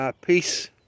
peace